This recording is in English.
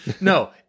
No